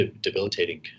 debilitating